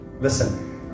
listen